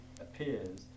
appears